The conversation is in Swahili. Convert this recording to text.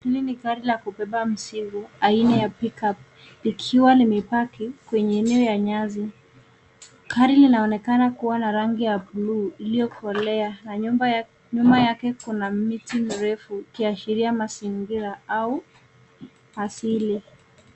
Hili ni gari la kubeba mizigo aina la pickup likiwa limepaki kwenye eneo la nyasi. Gari linaonekana kuwa na rangi la buluu iliyokolea a nyuma yake kuna miti mirefu ikiashiria mazingiria au asili.